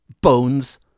bones